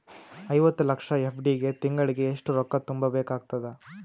ಐವತ್ತು ಲಕ್ಷ ಎಫ್.ಡಿ ಗೆ ತಿಂಗಳಿಗೆ ಎಷ್ಟು ರೊಕ್ಕ ತುಂಬಾ ಬೇಕಾಗತದ?